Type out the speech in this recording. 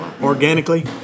organically